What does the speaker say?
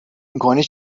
میکنی